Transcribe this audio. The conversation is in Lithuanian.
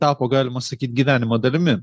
tapo galima sakyt gyvenimo dalimi